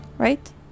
Right